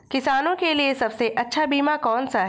किसानों के लिए सबसे अच्छा बीमा कौन सा है?